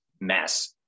mess